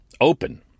open